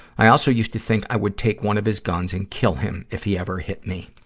i also used to think i would take one of his guns and kill him, if he ever hit me.